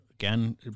Again